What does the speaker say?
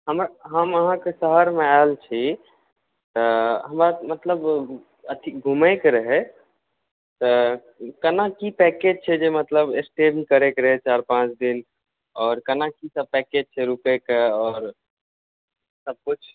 हम अहाँके शहरमे आयल छी तऽ हमरा मतलब अथी घुमैके रहै तऽ केना की पैकेज छै मतलब स्टे करके रहै चारि पाँच दिन आओर केना की सभ पैकेज छै रुकैके आओर सभकिछु